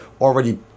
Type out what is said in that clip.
already